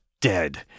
dead